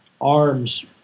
arms